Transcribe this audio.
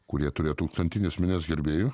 kurie turėjo tūkstantines minias gerbėjų